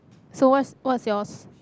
so what's what's your